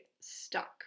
stuck